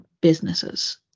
businesses